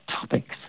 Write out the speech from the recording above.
topics